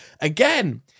Again